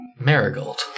Marigold